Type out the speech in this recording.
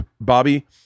Bobby